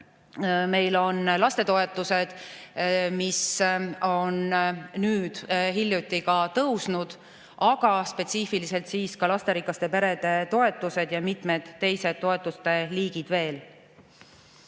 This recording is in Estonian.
Meil on lastetoetused, mis on hiljuti ka tõusnud, aga spetsiifiliselt siis ka lasterikaste perede toetused ja mitmed teised toetuste liigid veel.